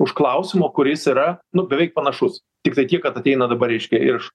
už klausimo kuris yra nu beveik panašus tiktai tiek kad ateina dabar reiškia ir iš